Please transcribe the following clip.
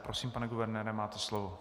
Prosím, pane guvernére, máte slovo.